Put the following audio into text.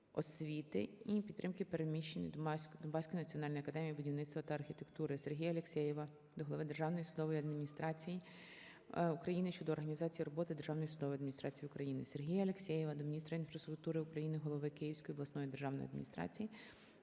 освіти і підтримки переміщеної Донбаської національної академії будівництва та архітектури. СергіяАлєксєєва до голови Державної судової адміністрації України щодо організації роботи Державної судової адміністрації України. СергіяАлєксєєва до міністра інфраструктури України, голови Київської обласної державної адміністрації